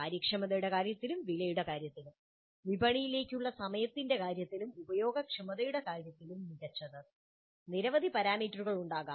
കാര്യക്ഷമതയുടെ കാര്യത്തിലും വിലയുടെ കാര്യത്തിലും വിപണിയിലേക്കുള്ള സമയത്തിന്റെ കാര്യത്തിലും ഉപയോഗക്ഷമതയുടെ കാര്യത്തിലും മികച്ചത് നിരവധി പാരാമീറ്ററുകൾ ഉണ്ടാകാം